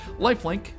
lifelink